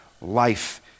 life